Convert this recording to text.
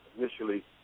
initially